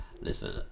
listen